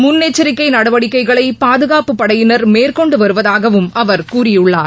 முன்னெச்சரிக்கை நடவடிக்கைகளை பாதுகாப்புப் படையினர் மேற்கொண்டு வருவதாகவும் அவர் கூறியுள்ளார்